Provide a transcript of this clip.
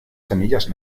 semillas